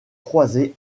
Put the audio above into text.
croisés